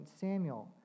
Samuel